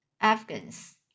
Afghans